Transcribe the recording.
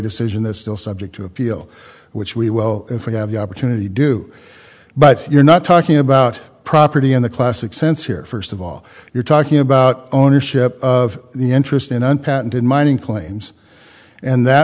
decision that still subject to appeal which we well if we have the opportunity do but you're not talking about property in the classic sense here first of all you're talking about ownership of the interest in an patented mining claims and that